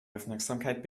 aufmerksamkeit